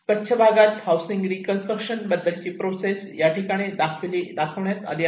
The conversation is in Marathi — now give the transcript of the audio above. कच्छ भागात हाउसिंग रिंकन्स्ट्रक्शन बद्दलची प्रोग्रेस याठिकाणी दाखवण्यात आली आहे